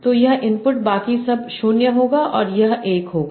तो यह इनपुट बाकी सब 0 होगा और यह 1 होगा